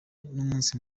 n’umunsi